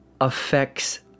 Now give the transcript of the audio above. affects